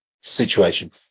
situation